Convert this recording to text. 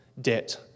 debt